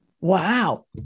Wow